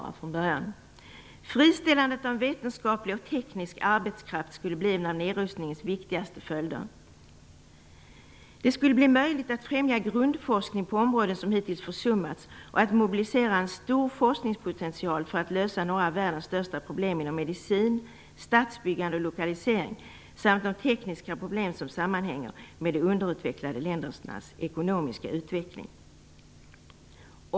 Det står så här:"Friställandet av vetenskaplig och teknisk arbetskraft skulle bli en av nedrustningens viktigaste följder - Det skulle bli möjligt att främja grundforskning på områden som hittills försummats och att mobilisera en stor forskningspotential för att lösa några av världens största problem inom medicin, stadsbyggande och lokalisering, samt de tekniska problem som sammanhänger med de underutvecklade ländernas ekonomiska utveckling.